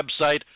website